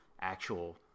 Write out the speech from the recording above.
actual